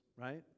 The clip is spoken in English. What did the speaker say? right